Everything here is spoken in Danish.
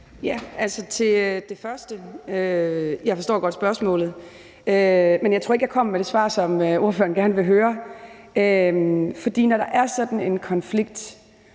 godt forstår spørgsmålet, men jeg tror ikke, at jeg kommer med det svar, som ordføreren gerne vil høre. For når der er sådan en konflikt,